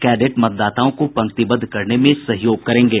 cadet मतदाताओं को पंक्तिबद्ध करने में सहयोग करेंगे